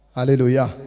Hallelujah